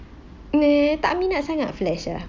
meh tak minat sangat flash ah